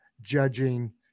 judging